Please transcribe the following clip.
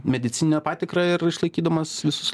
medicininę patikrą ir išlaikydamas visus